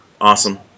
awesome